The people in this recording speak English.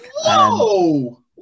whoa